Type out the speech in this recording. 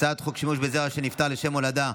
הצעת חוק שימוש בזרע של נפטר לשם הולדה,